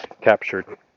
captured